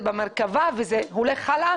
זה במרכבה וזה הולך הלאה